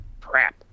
Crap